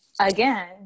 again